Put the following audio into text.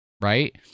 Right